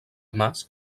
mas